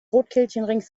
rotkelchenring